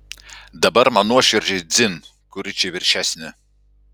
dabar man nuoširdžiai dzin kuri čia viršesnė